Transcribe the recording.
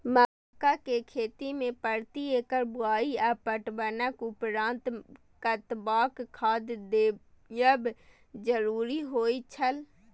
मक्का के खेती में प्रति एकड़ बुआई आ पटवनक उपरांत कतबाक खाद देयब जरुरी होय छल?